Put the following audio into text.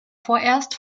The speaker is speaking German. vorerst